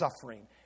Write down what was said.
suffering